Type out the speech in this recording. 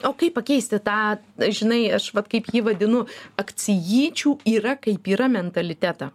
o kaip pakeisti tą žinai aš vat kaip jį vadinu akcijyčių yra kaip yra mentalitetą